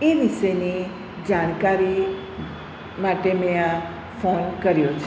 એ વિશેની જાણકારી માટે મેં આ ફોન કર્યો છે